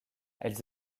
elles